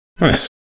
Nice